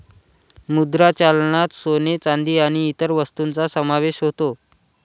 मुद्रा चलनात सोने, चांदी आणि इतर वस्तूंचा समावेश होतो